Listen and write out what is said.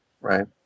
Right